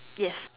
yes